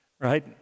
Right